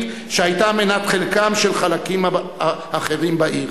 שהיתה מנת חלקם של חלקים אחרים בעיר.